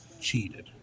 cheated